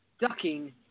Ducking